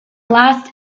last